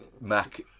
Mac